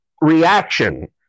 reaction